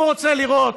הוא רוצה לראות